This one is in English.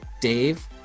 Dave